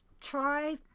try